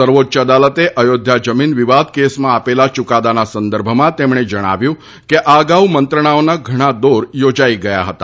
સર્વોચ્ય અદાલતે આયોધ્યા જમીન વિવાદ કેસમાં આપેલા યૂકાદાના સંદર્ભમાં તેમણે જણાવ્યું હતુ કે આ અગાઉ મંત્રણાઓના ઘણા દોર યોજાઇ ગયા હતા